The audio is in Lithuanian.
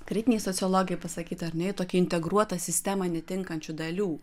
kritiniai sociologijai pasakytų ar ne į tokią integruotą sistemą netinkančių dalių